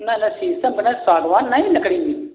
नहीं नहीं सीसम के नहीं सागवान नहीं है लकड़ी बी